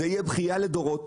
זה יהיה בכייה לדורות.